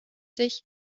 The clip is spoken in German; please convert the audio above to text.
sich